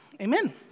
Amen